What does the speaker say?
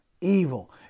Evil